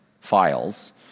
files